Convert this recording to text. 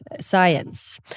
science